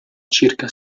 circa